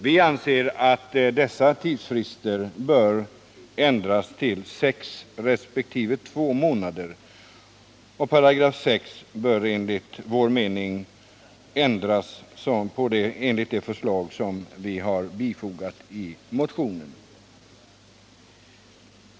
Vi anser att dessa tidsfrister bör ändras till sex resp. två månader. 6 § bör därför ändras på sätt som föreslås i motionen.